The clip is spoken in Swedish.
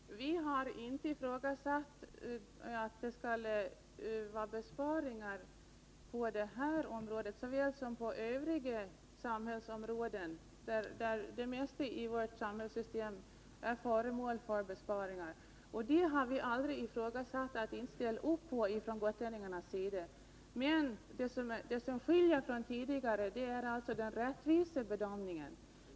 Herr talman! Vi har inte ifrågasatt nödvändigheten av att göra besparingar på det här området lika väl som på övriga samhällsområden, eftersom det mesta i vårt samhällssystem är föremål för besparingar. Från gotlänningarnas sida har man aldrig sagt att man inte vill ställa upp på det. Men det som skiljer oss är rättvisebedömningen.